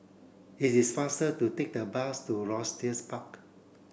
it is faster to take the bus to Rochester Park